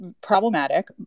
Problematic